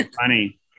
funny